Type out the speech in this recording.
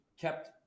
kept